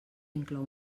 inclou